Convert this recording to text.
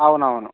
అవును అవును